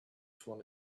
for